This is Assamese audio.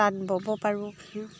তাত ব'ব পাৰোঁ কি